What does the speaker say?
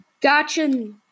Gotcha